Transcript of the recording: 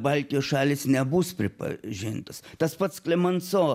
baltijos šalys nebus pripažintos tas pats klemanso